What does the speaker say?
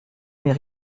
mais